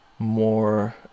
more